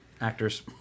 actors